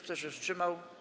Kto się wstrzymał?